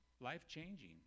life-changing